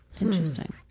Interesting